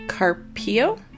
Carpio